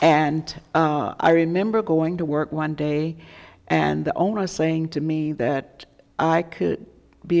and i remember going to work one day and the owner was saying to me that i could be a